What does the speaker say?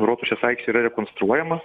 rotušės aikštė yra rekonstruojama